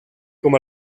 com